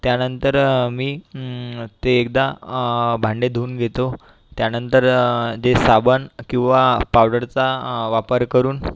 त्यानंतर मी ते एकदा भांडे धुवून घेतो त्यानंतर जे साबण किंवा पावडरचा वापर करून